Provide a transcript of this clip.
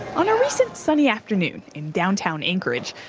on a recent sunny afternoon in downtown anchorage,